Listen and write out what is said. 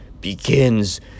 begins